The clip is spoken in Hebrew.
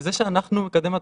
לזה שאנחנו מקדם התחלואה.